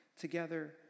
together